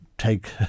take